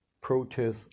Protests